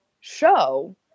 show